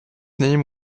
name